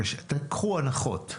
קחו הנחות.